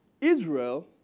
Israel